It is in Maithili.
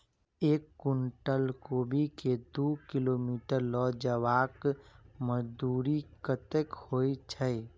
एक कुनटल कोबी केँ दु किलोमीटर लऽ जेबाक मजदूरी कत्ते होइ छै?